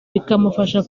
bikamufasha